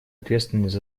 ответственность